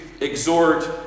exhort